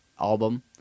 album